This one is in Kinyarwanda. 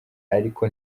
ariko